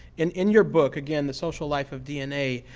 and in your book, again, the social life of dna,